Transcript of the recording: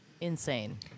Insane